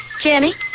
Jenny